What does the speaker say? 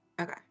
Okay